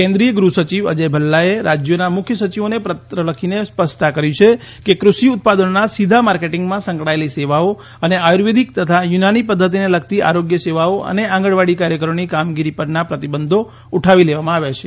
કેનક્રીય ગૃહસચિવ અજય ભલ્લાએ રાજ્યોના મુખ્ય સચિવોને પત્ર લખીને સ્પષ્ટતા કરી છે કે કૃષિ ઉત્પાદનોના સીધા માર્કેટીંગમાં સંકળાયેલી સેવાઓ અને આયુર્વેદ તથા યુનાની પધ્ધતિને લગતી આરોગ્ય સેવાઓ અને આંગણવાડી કાર્યકરોની કામગીરી પરના પ્રતિબંધો ઉઠાવી લેવામાં આવ્યા છે